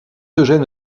eugène